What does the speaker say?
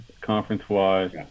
conference-wise